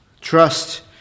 trust